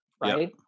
Right